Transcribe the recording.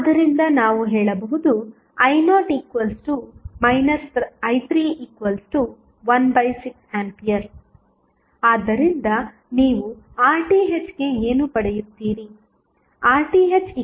ಆದ್ದರಿಂದ ನಾವು ಹೇಳಬಹುದು i0 i316A ಆದ್ದರಿಂದ ನೀವು RThಗೆ ಏನು ಪಡೆಯುತ್ತೀರಿ